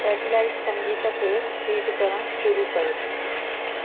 satellite संगीत खे feed करणु शिरु कयो